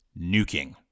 Nuking